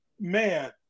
man